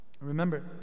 Remember